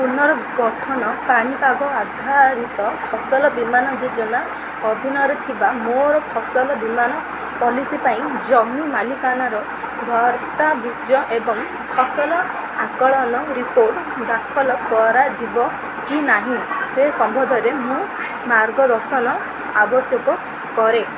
ପୁନର୍ଗଠନ ପାଣିପାଗ ଆଧାରିତ ଫସଲ ବୀମାନ ଯୋଜନା ଅଧୀନରେ ଥିବା ମୋର ଫସଲ ବୀମାନ ପଲିସି ପାଇଁ ଜମି ମାଲିକାନାର ଦସ୍ତାବିଜ ଏବଂ ଫସଲ ଆକଳନ ରିପୋର୍ଟ ଦାଖଲ କରାଯିବ କି ନାହିଁ ସେ ସମ୍ବନ୍ଧରେ ମୁଁ ମାର୍ଗଦର୍ଶନ ଆବଶ୍ୟକ କରେ